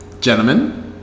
Gentlemen